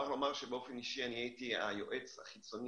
אני מוכרח לומר שבאופן אישי אני הייתי היועץ החיצוני